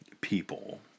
people